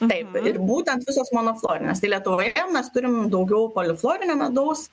taip ir būtent visos monoflorinės tai lietuvoje mes turim daugiau polifoninių medaus